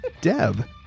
Deb